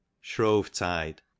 shrovetide